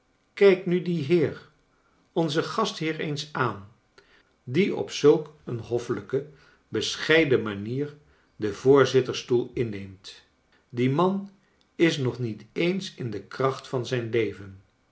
kijk nu dien heer onzen gastheer eens aan die op zulk een hoifelijke bescheiden manier den voorzittersstoel inneemt die man is nog niet eens in de kracht van zijn leven